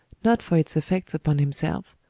not for its effects upon himself,